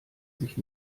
sich